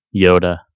yoda